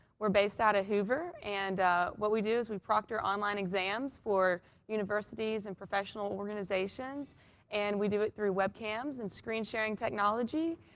we're based out of hoover and what we do is we proctor online exams for universities and professional organizations and we do it through webcams and screen sharing technology.